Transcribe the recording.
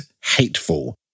hateful